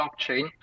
blockchain